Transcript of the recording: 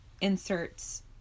inserts